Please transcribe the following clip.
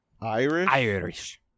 Irish